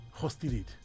hostility